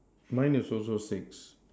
mine is also six